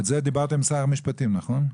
על זה דיברתם עם שר המשפטים, נכון?